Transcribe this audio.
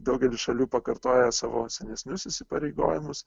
daugelis šalių pakartoja savo senesnius įsipareigojimus